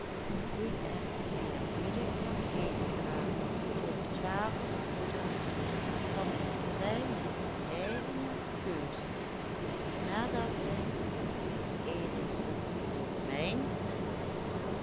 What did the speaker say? die er eerbiedig was heengedragen door twaalf broeders van zijne eigene keuze nadat hij ook eenigszins door mijn toedoen